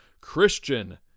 Christian